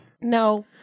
No